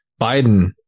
Biden